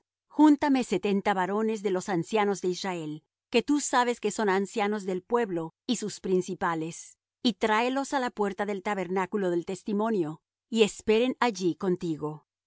júntame setenta varones de los ancianos de israel que tu sabes que son ancianos del pueblo y sus principales y tráelos á la puerta del tabernáculo del testimonio y esperen allí contigo